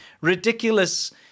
ridiculous